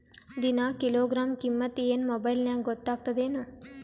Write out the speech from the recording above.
ದಿನಾ ಕಿಲೋಗ್ರಾಂ ಕಿಮ್ಮತ್ ಏನ್ ಮೊಬೈಲ್ ನ್ಯಾಗ ಗೊತ್ತಾಗತ್ತದೇನು?